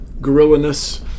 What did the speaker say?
gorilla-ness